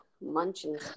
munching